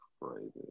crazy